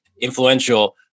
influential